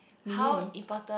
mini me